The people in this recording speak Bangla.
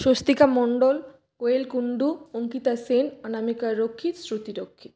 স্বস্তিকা মন্ডল কোয়েল কুণ্ডু অঙ্কিতা সেন অনামিকা রক্ষিত শ্রুতি রক্ষিত